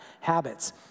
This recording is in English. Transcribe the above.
habits